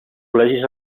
col·legis